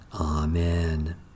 Amen